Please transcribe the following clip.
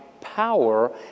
power